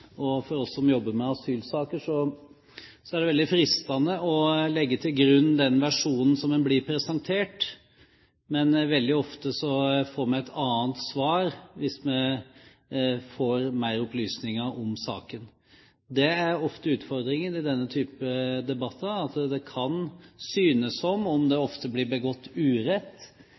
enkeltsaker. For oss som jobber med asylsaker, er det veldig fristende å legge til grunn den versjonen som en blir presentert. Men veldig ofte får vi et annet svar hvis vi får mer opplysninger om saken. Det er ofte utfordringen i denne typen debatter at det kan synes som om det ofte blir begått urett,